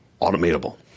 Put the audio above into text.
automatable